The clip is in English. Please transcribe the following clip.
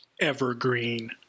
Evergreen